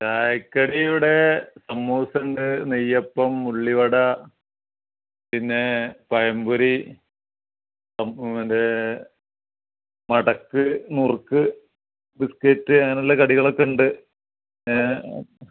ചായക്കടി ഇവിടെ സമൂസ ഉണ്ട് നെയ്യപ്പം ഉള്ളി വട പിന്നേ പഴം പൊരി മറ്റേ മടക്ക് നുറുക്ക് ബിസ്ക്കറ്റ് അങ്ങനെയുള്ള കടികളൊക്കെ ഉണ്ട് ഏ